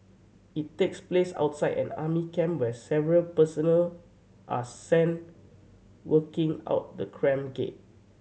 it takes place outside an army camp where several personnel are seen walking out the camp gate